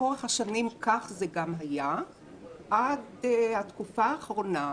לאורך השנים כך זה גם היה עד התקופה האחרונה,